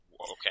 Okay